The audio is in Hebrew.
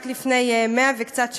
רק לפני 100 וקצת שנים,